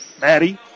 Maddie